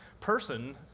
person